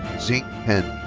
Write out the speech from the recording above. xin peng.